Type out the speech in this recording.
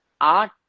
art